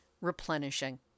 replenishing